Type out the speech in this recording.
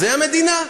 זו המדינה.